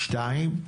שתיים,